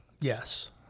Yes